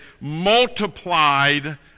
multiplied